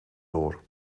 door